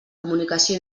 comunicació